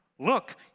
Look